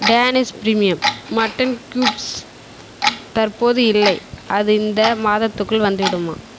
Danish premium mutton cubes தற்போது இல்லை அது இந்த மாதத்துக்குள் வந்துவிடுமா